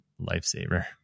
lifesaver